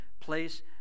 Place